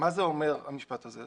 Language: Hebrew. מה זה אומר המשפט הזה?